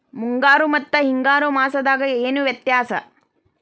ಮುಂಗಾರು ಮತ್ತ ಹಿಂಗಾರು ಮಾಸದಾಗ ಏನ್ ವ್ಯತ್ಯಾಸ?